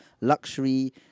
luxury